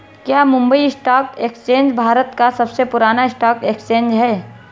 क्या Mumbai stock exchange Bharat का सबसे पुराना स्टॉक एक्सचेंज है?